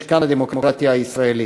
משכן הדמוקרטיה הישראלית.